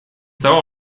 того